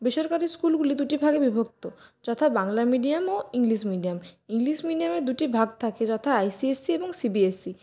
বেসরকারি স্কুলগুলি দুটি ভাগে বিভক্ত যথা বাংলা মিডিয়াম ও ইংলিশ মিডিয়াম ইংলিশ মিডিয়ামে দুটি ভাগ থাকে যথা আই সি এস সি এবং সি বি এস সি